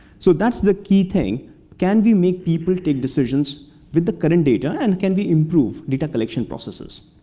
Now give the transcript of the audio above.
so that's the key thing can we make people take decisions with the current data, and can we improve data collection processes?